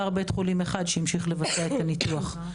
בית חולים אחד שהמשיך לבצע את הניתוח.